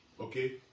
Okay